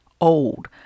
old